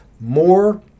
more